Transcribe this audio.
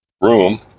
room